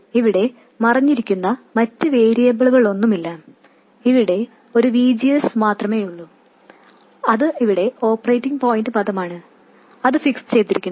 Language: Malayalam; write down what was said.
ഇവിടെ മറഞ്ഞിരിക്കുന്ന മറ്റ് വേരിയബിളുകളൊന്നുമില്ല ഇവിടെ ഒരു V G S മാത്രമെയുള്ളൂ അത് ഇവിടെ ഓപ്പറേറ്റിംഗ് പോയിൻറ് പദമാണ് അത് ഫിക്സ് ചെയ്തിരിക്കുന്നു